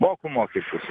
moku mokesčius